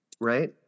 Right